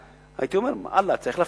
הייתי אומר: צריך להפחית.